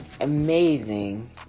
amazing